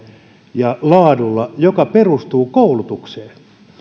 ja laadulla joka perustuu koulutukseen